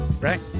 right